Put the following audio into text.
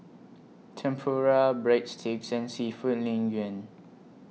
Tempura Breadsticks and Seafood Lin